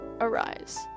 arise